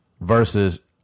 Versus